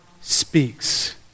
speaks